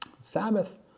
Sabbath